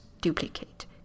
duplicate